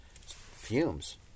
fumes